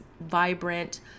vibrant